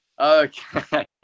Okay